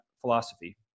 philosophy